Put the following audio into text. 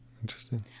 Interesting